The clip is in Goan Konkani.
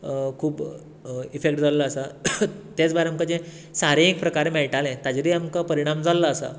खूब इफेक्ट जाल्लो आसा त्याच भायर आमकां जें सारें एक प्रकारे मेळटालें ताचेरूय आमकां परिणाम जाल्लो आसा